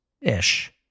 ish